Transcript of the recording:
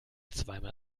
zweimal